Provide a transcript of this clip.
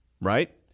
Right